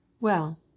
Well